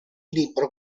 libro